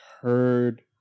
heard